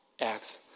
acts